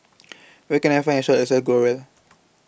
Where Can I Find A Shop that sells Growell